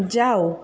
যাও